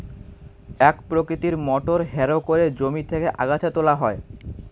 এক প্রকৃতির motor harrow করে জমি থেকে আগাছা তোলা হয়